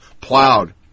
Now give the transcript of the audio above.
Plowed